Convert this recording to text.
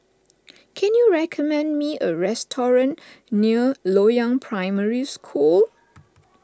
can you recommend me a restaurant near Loyang Primary School